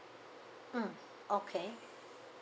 mm okay